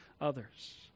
others